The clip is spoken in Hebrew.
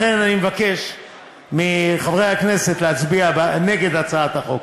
לכן, אני מבקש מחברי הכנסת להצביע נגד הצעת החוק.